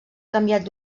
canviat